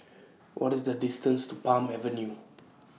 What IS The distance to Palm Avenue